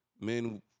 Men